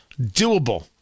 doable